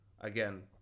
again